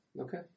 Okay